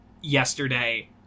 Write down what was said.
yesterday